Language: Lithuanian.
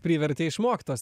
privertė išmokt tos